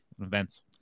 events